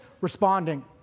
Responding